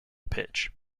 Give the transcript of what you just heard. pitch